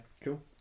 Cool